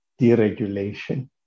deregulation